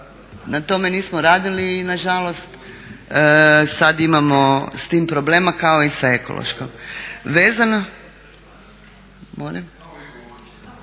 Na tome nismo radili i nažalost sad imamo s tim problema kao i sa ekološkom. …/Upadica